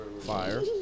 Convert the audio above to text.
fire